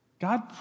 God